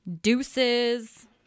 Deuces